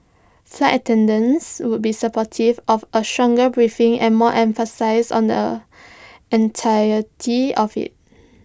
flight attendants would be supportive of A stronger briefing and more emphasis on the entirety of IT